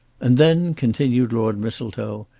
and then, continued lord mistletoe,